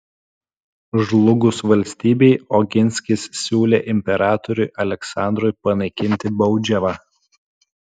žlugus valstybei oginskis siūlė imperatoriui aleksandrui panaikinti baudžiavą